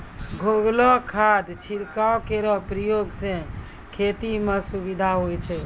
घोललो खाद छिड़काव केरो प्रयोग सें खेती म सुविधा होय छै